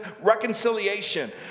reconciliation